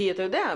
כי אתה יודע,